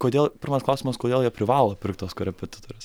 kodėl pirmas klausimas kodėl jie privalo pirkt tuos korepetitorius